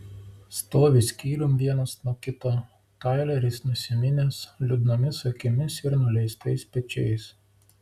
stovi skyrium vienas nuo kito taileris nusiminęs liūdnomis akimis ir nuleistais pečiais